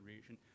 region